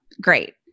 great